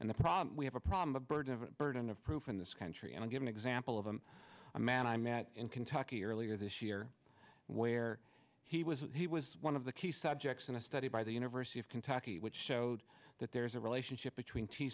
and the problem we have a problem of burden of burden of proof in this country and i'll give an example of i'm a man i met in kentucky earlier this year where he was he was one of the key subjects in a study by the university of kentucky which showed that there is a relationship between t